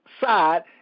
side